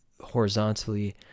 horizontally